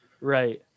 Right